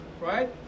right